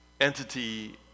entity